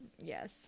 Yes